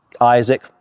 Isaac